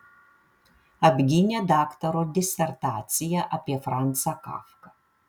apgynė daktaro disertaciją apie franzą kafką